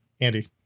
Andy